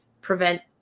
prevent